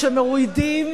שמורידים